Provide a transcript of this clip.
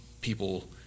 people